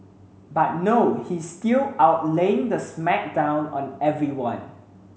but no he is still out laying the smack down on everyone